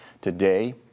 today